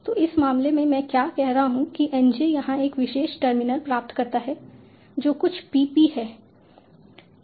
तो इस मामले में मैं क्या कह रहा हूं कि N j यहां एक विशेष टर्मिनल प्राप्त करता है जो कुछ p p है